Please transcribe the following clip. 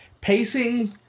Pacing